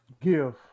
give